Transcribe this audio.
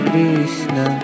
Krishna